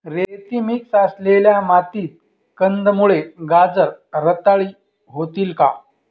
रेती मिक्स असलेल्या मातीत कंदमुळे, गाजर रताळी होतील का?